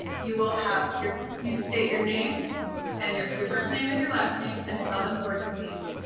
you will have your please state your name and your your first name and your last name and spell them for us, please.